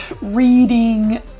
reading